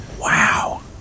Wow